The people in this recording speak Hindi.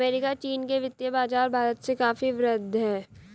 अमेरिका चीन के वित्तीय बाज़ार भारत से काफी वृहद हैं